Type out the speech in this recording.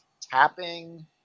tapping